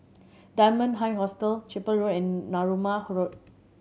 Dunman High Hostel Chapel Road and Narooma Road